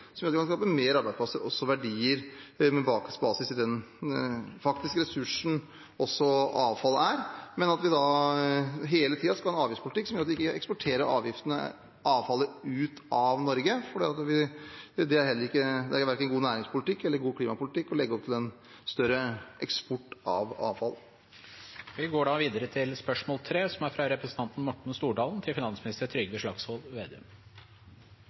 gjør at vi kan skape mer arbeidsplasser og også verdier med basis i den faktiske ressursen som også avfall er, men at vi da hele tiden skal ha en avgiftspolitikk som gjør at vi ikke eksporterer avfallet ut av Norge. For det er verken god næringspolitikk eller god klimapolitikk å legge opp til en større eksport av avfall. «Finansministeren rykket hardt ut i 2018 og sa at en literpris på drivstoff på 17–18 kroner var altfor dyrt. Nå er vi i 2022, og den tidligere opposisjonspolitikeren har blitt finansminister.